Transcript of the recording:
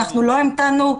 לא המתנו,